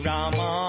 Rama